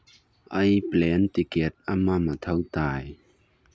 ꯑꯩ plane ticket ꯑꯃ ꯃꯊꯧ ꯇꯥꯏ